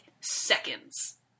seconds